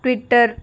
twitter